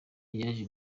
yaje